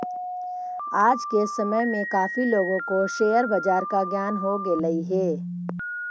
आज के समय में काफी लोगों को शेयर बाजार का ज्ञान हो गेलई हे